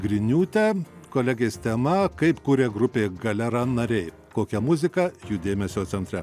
griniūte kolegės tema kaip kuria grupė galera nariai kokia muzika jų dėmesio centre